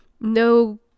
no